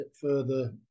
further